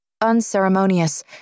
unceremonious